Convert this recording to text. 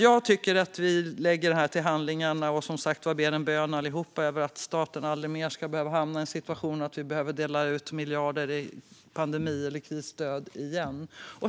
Jag tycker att vi lägger det här till handlingarna och som sagt ber en bön allihop att staten aldrig mer ska hamna i situationen att behöva dela ut miljarder i pandemi eller krisstöd.